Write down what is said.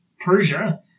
Persia